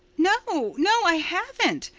no, no, i haven't,